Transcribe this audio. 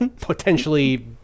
potentially